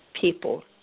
people